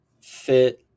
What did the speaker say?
fit